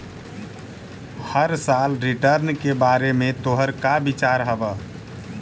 हर साल रिटर्न के बारे में तोहर का विचार हवऽ?